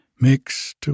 mixed